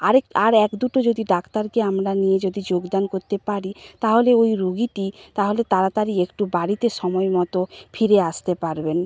আরেক আর এক দুটো যদি ডাক্তারকে আমরা নিয়ে যদি যোগদান করতে পারি তাহলে ওই রোগীটি তাহলে তাড়াতাড়ি একটু বাড়িতে সময় মতো ফিরে আসতে পারবেন